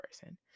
person